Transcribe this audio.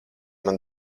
man